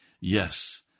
Yes